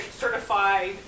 certified